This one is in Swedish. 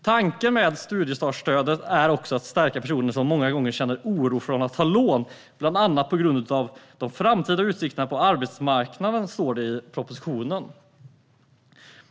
Tanken med studiestartsstödet är också att stärka personer som många gånger känner oro för att ha lån, bland annat på grund av de framtida utsikterna på arbetsmarknaden, står det i propositionen.